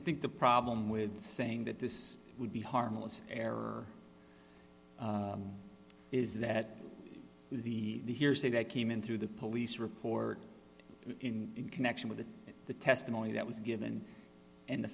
i think the problem with saying that this would be harmless error is that the hearsay that came in through the police report in connection with the testimony that was given and the